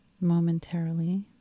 momentarily